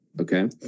Okay